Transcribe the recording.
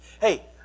Hey